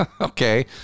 Okay